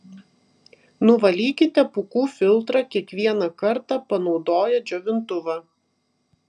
nuvalykite pūkų filtrą kiekvieną kartą panaudoję džiovintuvą